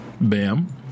Bam